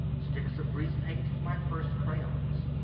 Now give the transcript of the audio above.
sticks of grease-paint my first crayons.